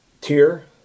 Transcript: tier